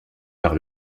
par